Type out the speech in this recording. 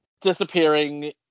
Disappearing